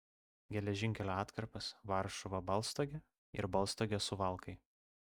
geležinkelio atkarpas varšuva baltstogė ir baltstogė suvalkai